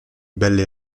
belle